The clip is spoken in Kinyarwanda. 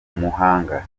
umuhanga